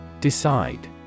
Decide